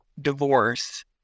divorce